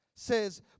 says